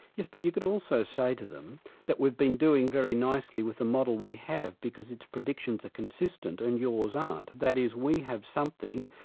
yes, but you could also say to them that we've been doing very nicely with the model we have because its predictions are consistent, and yours aren't. that is, we have something,